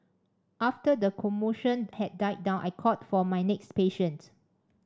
after the commotion had died down I called for my next patient